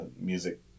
music